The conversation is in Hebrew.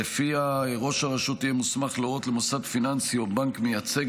ולפיה ראש הרשות יהיה מוסמך להורות למוסד פיננסי או בנק מייצג